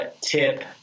tip